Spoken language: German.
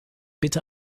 bitte